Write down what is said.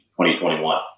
2021